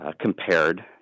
compared